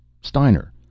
Steiner